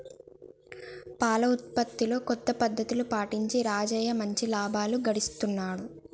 పాల ఉత్పత్తిలో కొత్త పద్ధతులు పాటించి రాజయ్య మంచి లాభాలు గడిస్తున్నాడు